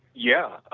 yeah.